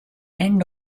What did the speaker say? end